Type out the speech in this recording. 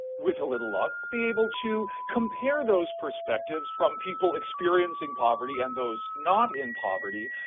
with a little luck, be able to compare those perspectives from people experiencing poverty and those not in poverty,